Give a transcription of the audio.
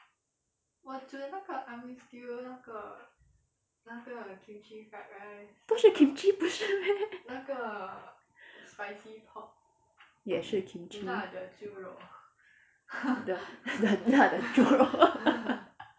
都是 kimchi 不是 meh 也是 kimchi 很辣的猪肉